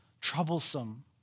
troublesome